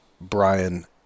Brian